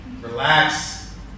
relax